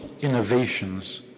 innovations